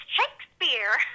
Shakespeare